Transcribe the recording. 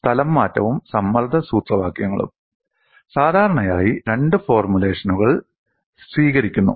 സ്ഥലംമാറ്റവും സമ്മർദ്ദ സൂത്രവാക്യങ്ങളും സാധാരണയായി രണ്ട് ഫോർമുലേഷനുകൾ രൂപവൽക്കരണം സ്വീകരിക്കുന്നു